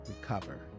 recover